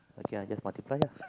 okay I just multiply lah